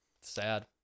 Sad